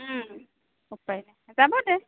যাব দে